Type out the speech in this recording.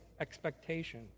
expectation